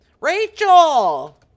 rachel